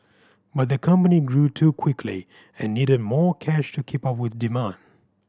but the company grew too quickly and needed more cash to keep up with demand